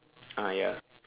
ah ya